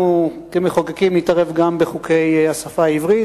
אנחנו, כמחוקקים, נתערב גם בחוקי השפה העברית.